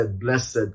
blessed